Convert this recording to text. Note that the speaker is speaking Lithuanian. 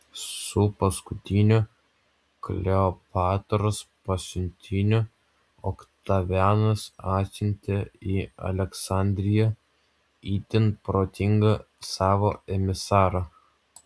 su paskutiniu kleopatros pasiuntiniu oktavianas atsiuntė į aleksandriją itin protingą savo emisarą